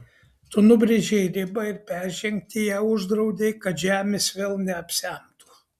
tu nubrėžei ribą ir peržengti ją uždraudei kad žemės vėl neapsemtų